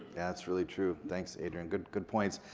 that's really true. thanks adrian, good good points.